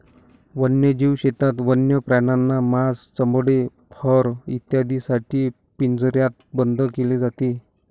वन्यजीव शेतीत वन्य प्राण्यांना मांस, चामडे, फर इत्यादींसाठी पिंजऱ्यात बंद केले जाते